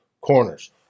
corners